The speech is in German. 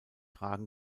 ragen